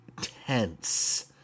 tense